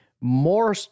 more